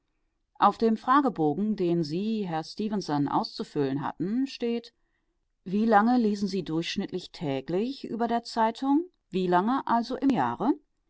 auf dem fragebogen den sie herr stefenson auszufüllen hatten steht wie lange lesen sie durchschnittlich täglich über der zeitung wie lange also im jahre